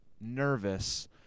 nervous